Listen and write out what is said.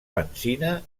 benzina